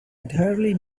entirely